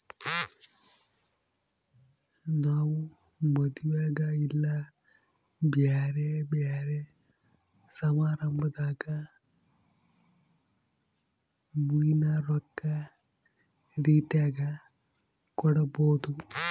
ನಾವು ಮದುವೆಗ ಇಲ್ಲ ಬ್ಯೆರೆ ಬ್ಯೆರೆ ಸಮಾರಂಭದಾಗ ಮುಯ್ಯಿನ ರೊಕ್ಕ ರೀತೆಗ ಕೊಡಬೊದು